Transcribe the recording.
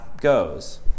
goes